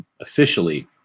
officially